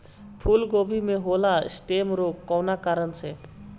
फूलगोभी में होला स्टेम रोग कौना कारण से?